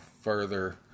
further